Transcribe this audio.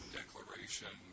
declaration